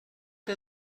der